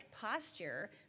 posture